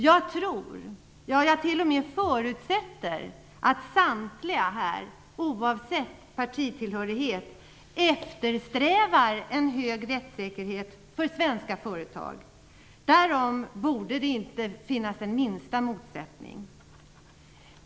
Jag tror - ja, jag t.o.m. förutsätter - att samtliga här i kammaren oavsett partitillhörighet eftersträvar en hög rättssäkerhet för svenska företag. Därom borde det inte finnas den minsta motsättning.